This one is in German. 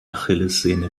achillessehne